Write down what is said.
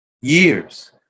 Years